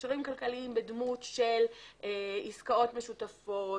קשרים כלכליים בדמות של עסקאות משותפות,